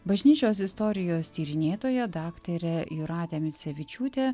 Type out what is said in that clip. bažnyčios istorijos tyrinėtoja daktarė jūratė micevičiūtė